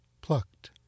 Plucked